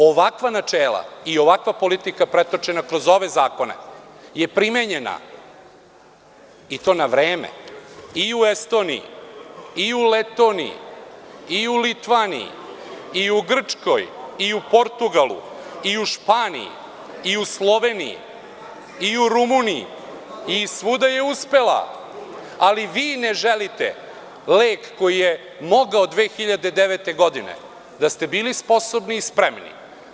Ovakva načela i ovakva politika pretočena kroz ove zakone je primenjena i to na vreme i u Estoniji i u Letoniji, i u Litvaniji, i u Grčkoj, i u Portugalu, i u Španiji, i u Sloveniji, i u Rumuniji i svuda je uspela, ali vi ne želite lek koji je mogao 2009. godine da ste bili sposobni i spremni.